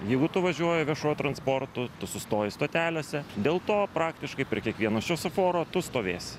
jeigu tu važiuoji viešuoju transportu tu sustoji stotelėse dėl to praktiškai prie kiekvieno šviesoforo tu stovėsi